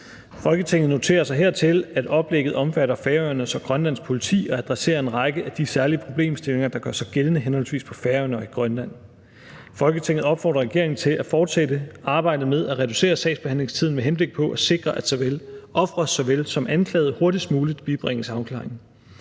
Folketinget noterer sig hertil, at oplægget omfatter Færøernes og Grønlands Politi og adresserer en række af de særlige problemstillinger, der gør sig gældende henholdsvis på Færøerne og i Grønland. Folketinget opfordrer regeringen til at fortsætte arbejdet med at reducere sagsbehandlingstiden med henblik på at sikre, at ofre såvel som anklagede hurtigst muligt bibringes afklaring.